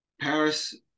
Paris